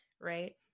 right